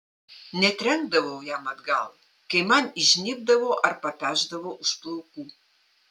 netrenkdavau jam atgal kai man įžnybdavo ar papešdavo už plaukų